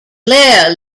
claire